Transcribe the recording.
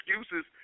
excuses